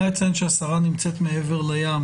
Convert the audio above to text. נא לציין שהשרה נמצאת מעבר לים.